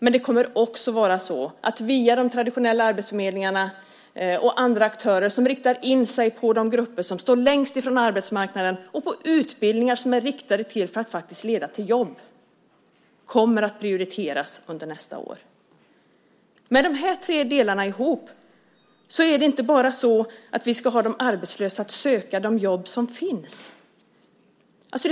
Detta kommer också att ske via de traditionella arbetsförmedlingarna och andra aktörer som riktar in sig på de grupper som står längst bort från arbetsmarknaden och på utbildningar med inriktningen att faktiskt leda till jobb. Det kommer att prioriteras under nästa år. Med dessa tre delar ihop är det inte bara så att vi ska få de arbetslösa att söka de jobb som finns.